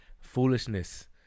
foolishness